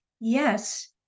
Yes